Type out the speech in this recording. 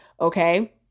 Okay